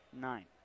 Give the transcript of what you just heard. nine